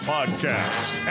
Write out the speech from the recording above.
Podcasts